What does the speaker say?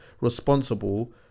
responsible